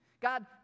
God